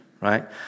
right